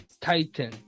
titan